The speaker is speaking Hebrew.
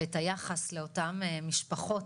ואת היחס לאותם משפחות